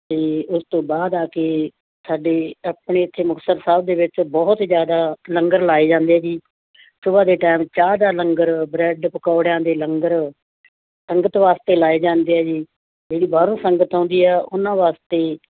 ਅਤੇ ਉਸ ਤੋਂ ਬਾਅਦ ਆ ਕੇ ਸਾਡੇ ਆਪਣੇ ਇੱਥੇ ਮੁਕਤਸਰ ਸਾਹਿਬ ਦੇ ਵਿੱਚ ਬਹੁਤ ਜ਼ਿਆਦਾ ਲੰਗਰ ਲਾਏ ਜਾਂਦੇ ਹੈ ਜੀ ਸੁਬਾਹ ਦੇ ਟੈਮ ਚਾਹ ਦਾ ਲੰਗਰ ਬਰੈੱਡ ਪਕੌੜਿਆਂ ਦੇ ਲੰਗਰ ਸੰਗਤ ਵਾਸਤੇ ਲਾਏ ਜਾਂਦੇ ਹੈ ਜੀ ਜਿਹੜੀ ਬਾਹਰੋਂ ਸੰਗਤ ਆਉਂਦੀ ਹੈ ਜੀ ਉਨ੍ਹਾਂ ਵਾਸਤੇ